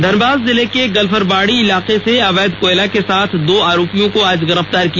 धनबाद जिले के गल्फरबाड़ी इलाके से अवैध कोयला के साथ दो आरोपियों को आज गिरफ्तार किया